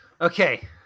Okay